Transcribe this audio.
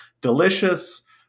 delicious